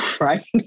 right